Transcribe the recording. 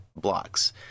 blocks